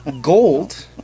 Gold